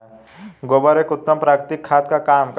गोबर एक उत्तम प्राकृतिक खाद का काम करता है